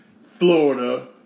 Florida